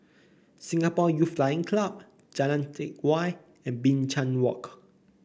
Singapore Youth Flying Club Jalan Teck Whye and Binchang Walk